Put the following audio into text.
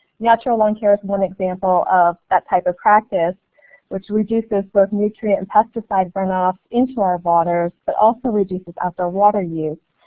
natural lawn care is one example of that type of practice which reduces both nutrient and pesticide run off into our waters but also reduces outdoor water use